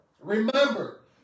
Remember